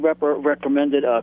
recommended